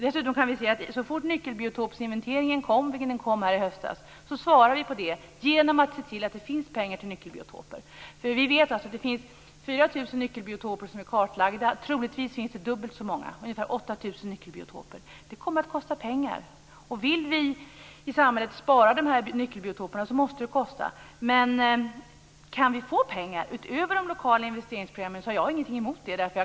Dessutom kan vi se att så fort nyckelbiotopsinventeringen kom, vilket den gjorde i höstas, svarade vi på det genom att se till att det finns pengar till nyckelbiotoper. Vi vet att det finns 4 000 nyckelbiotoper som är kartlagda. Troligtvis finns det dubbelt så många, ungefär 8 000 nyckelbiotoper. Det kommer att kosta pengar. Om vi i samhället vill spara dessa nyckelbiotoper måste det kosta. Men om vi kan få pengar utöver de lokala investeringsprogrammen så har jag ingenting emot det.